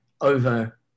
over